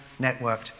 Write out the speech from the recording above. networked